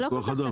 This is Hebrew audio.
זה כוח אדם.